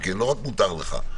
לא רק מותר לך,